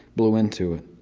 blew into it.